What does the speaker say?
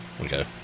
Okay